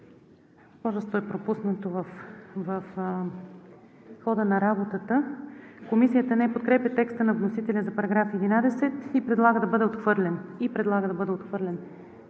редакция – пропуснато е в хода на работата. Комисията не подкрепя текста на вносителя за § 11 и предлага да бъде отхвърлен,